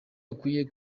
akwiye